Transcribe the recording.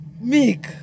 Meek